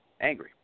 angry